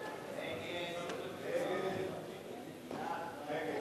ההצעה להסיר מסדר-היום